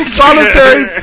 solitary